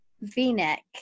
v-neck